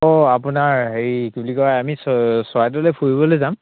অঁ আপোনাৰ হেৰি কি বুলি কয় আমি চৰাইদেউলৈ ফুৰিবলৈ যাম